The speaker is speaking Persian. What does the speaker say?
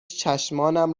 چشمانم